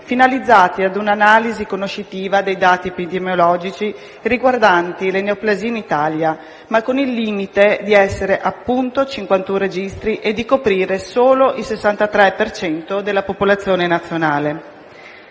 finalizzati ad un'analisi conoscitiva dei dati epidemiologici riguardanti le neoplasie in Italia, ma con il limite di essere appunto 51 registri e di coprire solo il 63 per cento della popolazione nazionale.